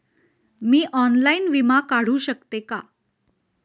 मी online विमा काढू शकते का?